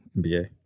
NBA